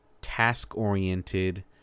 task-oriented